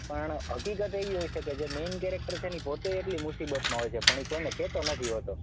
પણ હકીકત એવી હોય છે કે જે મેઇન કેરેક્ટર છે ને એ પોતે એટલી મુસીબતમાં હોય છે પણ એ કોઈને કહેતો નથી હોતો